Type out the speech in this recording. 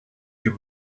you